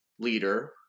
leader